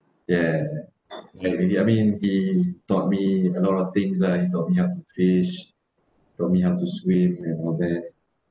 ya like maybe I mean he taught me a lot of things like he taught me how to fish taught me how to swim and all that